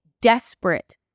desperate